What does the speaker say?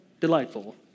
delightful